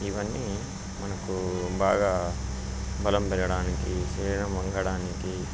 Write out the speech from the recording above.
ఇవన్నీ మనకు బాగా బలం పెరగడానికి శరీరం వంగడానికి